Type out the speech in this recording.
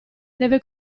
deve